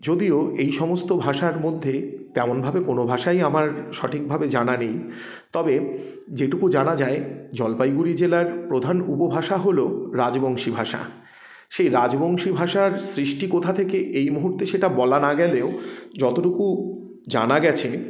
যদিও এই সমস্ত ভাষার মধ্যে তেমনভাবে কোনো ভাষাই আমার সঠিকভাবে জানা নেই তবে যেটুকু জানা যায় জলপাইগুড়ি জেলার প্রধান উপভাষা হলো রাজবংশী ভাষা সেই রাজবংশী ভাষার সৃষ্টি কোথা থেকে এই মুহূর্তে সেটা বলা না গেলেও যতটুকু জানা গেছে